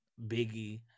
Biggie